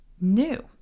new